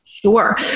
Sure